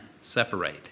separate